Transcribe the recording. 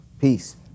Peace